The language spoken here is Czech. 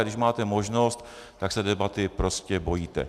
A když máte možnost, tak se debaty prostě bojíte.